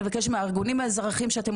אני מבקשת מהארגונים האזרחיים שאתם